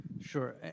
Sure